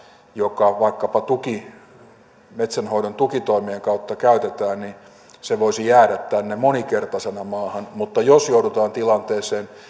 joka vaikkapa metsänhoidon tukitoimien kautta käytetään voisi jäädä moninkertaisena tähän maahan mutta jos joudutaan tilanteeseen